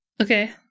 Okay